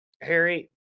Harry